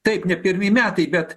taip ne pirmi metai bet